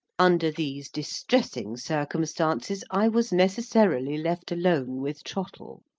under these distressing circumstances, i was necessarily left alone with trottle.